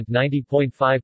90.5%